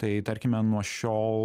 tai tarkime nuo šiol